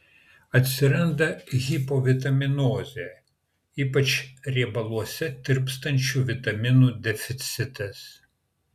atsiranda hipovitaminozė ypač riebaluose tirpstančių vitaminų deficitas